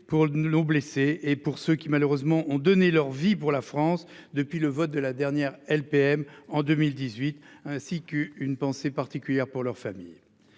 pour le lot blessés et pour ceux qui malheureusement ont donné leur vie pour la France. Depuis le vote de la dernière LPM en 2018 ainsi qu'une pensée particulière pour leur famille.